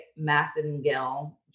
Massengill